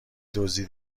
دزدی